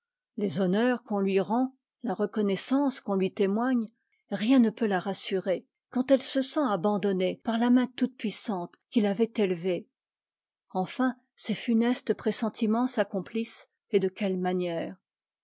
les honneurs qu'on lui rend la reconnaissance qu'on lui témoigne rien ne peut la rassurer quand elle se sent abandonnée par la main toute-puissante qui l'avait élevée enfin ses funestes pressentiments s'accomplissent et de quelle manière